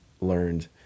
learned